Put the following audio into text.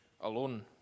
alone